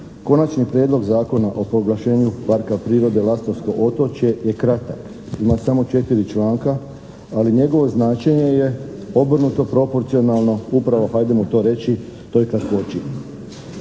Konačni prijedlog Zakona o proglašenju Parka prirode "Lastovsko otočje" je kratak, ima samo četiri članka ali njegovo značenje je obrnuto proporcionalno, upravo hajdemo to reći toj kakvoći.